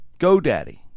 GoDaddy